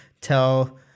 tell